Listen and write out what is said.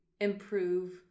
improve